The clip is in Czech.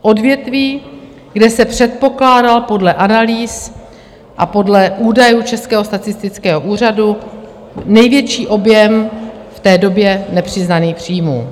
Odvětví, kde se předpokládal podle analýz a podle údajů Českého statistického úřadu největší objem v té době nepřiznaných příjmů.